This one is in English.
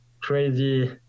crazy